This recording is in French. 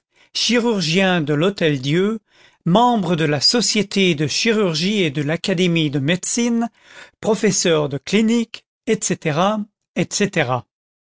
chirurgien de l'hôtel-dieu membre de la société de chirurgie et de l'académie de médecine professeur de clinique etc etc